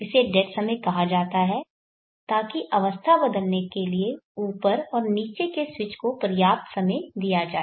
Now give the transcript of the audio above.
इसे डेड समय कहा जाता है ताकि अवस्था बदलने के लिए ऊपर और नीचे के स्विच को पर्याप्त समय दिया जाए